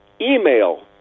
email